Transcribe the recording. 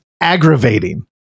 aggravating